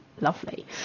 lovely